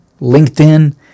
LinkedIn